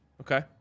Okay